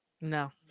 no